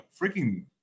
freaking